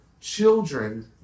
children